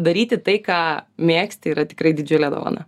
daryti tai ką mėgsti yra tikrai didžiulė dovana